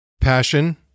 Passion